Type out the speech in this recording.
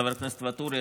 חבר הכנסת ואטורי,